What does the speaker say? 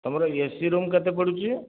ତୁମର A C room କେତେ ପଡ଼ୁଛି